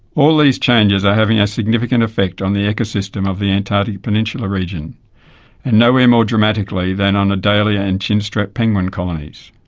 all these changes are having a significant effect on the ecosystem of the antarctic peninsula region and nowhere more dramatically than on adelie and chinstrap penguin colonies.